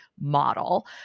model